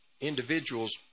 individuals